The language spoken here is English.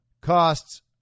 costs